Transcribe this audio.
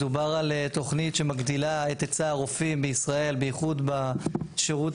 מדובר על תכנית שמגדילה את היצע הרופאים בישראל בייחוד בשירות